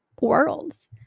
worlds